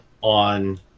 on